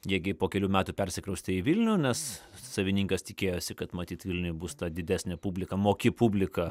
jie gi po kelių metų persikraustė į vilnių nes savininkas tikėjosi kad matyt vilniuje bus ta didesnė publika moki publika